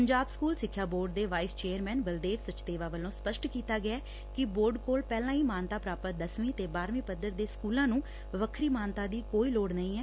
Punjab school ਸਿੱਖਿਆ board ਦੇ vice chairman Baldev Sachdeva ਵੱਲੋਂ ਸਪਸ਼ਟ ਕੀਤਾ ਗਿਐ ਕਿ ਬੋਰਡ ਕੋਲ ਪਹਿਲਾਂ ਹੀ ਮਾਨਤਾ ਪ੍ਰਾਪਤ ਦਸਵੀਂ ਤੇ ਬਾਰੂਵੀਂ ਪੱਧਰ ਦੇ ਸਕੁਲਾਂ ਨੂੰ ਵਖਰੀ ਮਾਨਤਾ ਦੀ ਕੋਈ ਲੋੜ ਨਹੀਂ ਐ